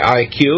iq